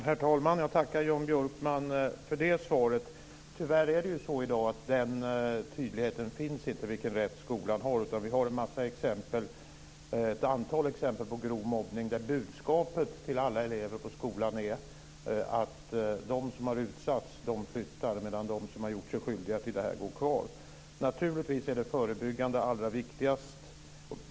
Herr talman! Jag tackar Jan Björkman för det svaret. Tyvärr finns inte en sådan tydlighet i dag om vilken rätt skolan har. Vi har ett antal exempel på grov mobbning där budskapet till alla elever på skolan är att de som har utsatts flyttar, medan de som har gjort sig skyldiga till mobbningen går kvar. Naturligtvis är de förebyggande insatserna allra viktigast.